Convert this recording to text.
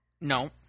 No